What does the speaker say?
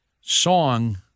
song